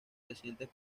recientes